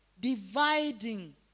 dividing